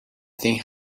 thing